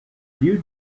you